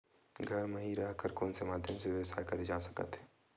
घर म हि रह कर कोन माध्यम से व्यवसाय करे जा सकत हे?